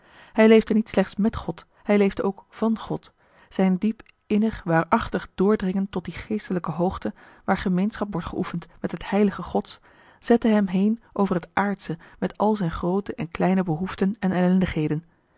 hij leefde niet slechts met god hij leefde ook van god zijn diep innig waarachtig doordringen tot die geestelijke hoogte waar gemeenschap wordt geoefend met het heilige gods zette hem heen over het aardsche met al zijne groote en kleine behoeften en